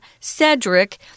Cedric